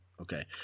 okay